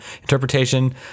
interpretation